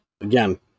again